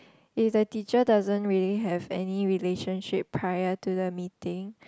if the teacher doesn't really have any relationship prior to the meeting